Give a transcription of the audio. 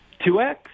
2x